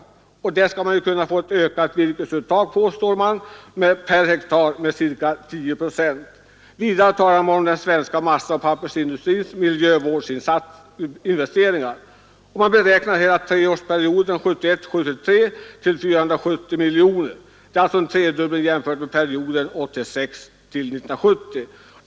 Dessutom påstår man att man med tillhjälp därav skall kunna få ett ökat virkesuttag med ca 10 procent per hektar. Vidare talas det om den sve - och pappersindustrins miljövårdsinvesteringar. Dessa beräknas för treårsperioden 1971—1973 till 470 miljoner kronor, alltså en tredubbling jämfört med femårsperioden 1966-1970.